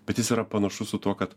bet jis yra panašus su tuo kad